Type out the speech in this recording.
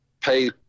pay